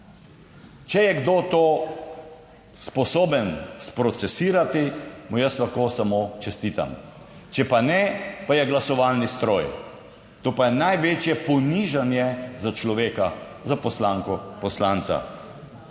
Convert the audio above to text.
Če je kdo to sposoben sprocesirati, mu jaz lahko samo čestitam, če pa ne, pa je glasovalni stroj. To pa je največje ponižanje za človeka, za poslanko, poslanca.